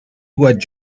what